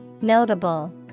Notable